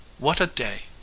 what a day!